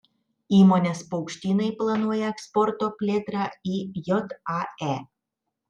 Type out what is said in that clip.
įmonės paukštynai planuoja eksporto plėtrą į jae